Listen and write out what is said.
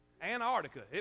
Antarctica